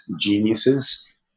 geniuses